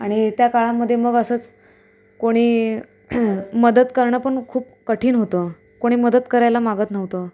आणि त्या काळामध्ये मग असंच कोणी मदत करणं पण खूप कठीण होतं कोणी मदत करायला मागत नव्हतं